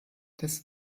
des